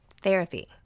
Therapy